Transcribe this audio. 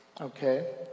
Okay